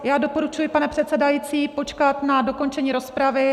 Já doporučuji, pane předsedající, počkat na dokončení rozpravy.